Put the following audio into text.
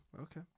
okay